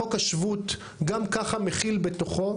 חוק השבות גם ככה מכיל בתוכו,